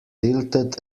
tilted